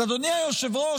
אז אדוני היושב-ראש,